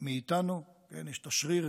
מאיתנו: יש את השריר,